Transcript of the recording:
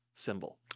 symbol